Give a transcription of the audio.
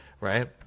Right